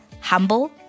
Humble